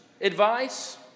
advice